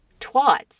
Twats